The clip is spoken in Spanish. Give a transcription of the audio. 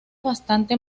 bastante